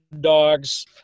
dogs